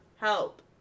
help